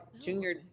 junior